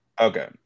okay